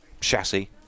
chassis